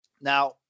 Now